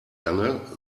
lange